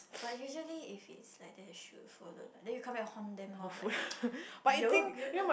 but usually if it's like that should follow lah then you come back haunt them lor like you all